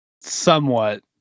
Somewhat